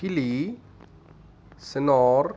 किली सनोर